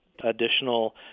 additional